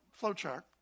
flowchart